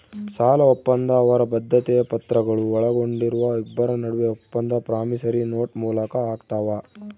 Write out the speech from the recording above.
ಸಾಲಒಪ್ಪಂದ ಅವರ ಬದ್ಧತೆಯ ಪತ್ರಗಳು ಒಳಗೊಂಡಿರುವ ಇಬ್ಬರ ನಡುವೆ ಒಪ್ಪಂದ ಪ್ರಾಮಿಸರಿ ನೋಟ್ ಮೂಲಕ ಆಗ್ತಾವ